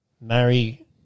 marry